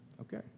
okay